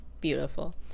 Beautiful